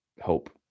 hope